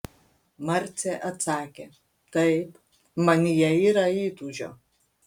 marcė atsakė taip manyje yra įtūžio